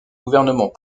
gouvernement